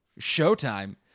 Showtime